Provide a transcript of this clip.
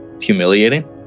humiliating